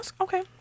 Okay